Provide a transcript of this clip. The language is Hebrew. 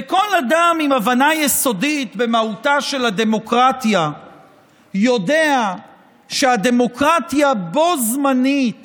וכל אדם עם הבנה יסודית במהותה של הדמוקרטיה יודע שהדמוקרטיה בו זמנית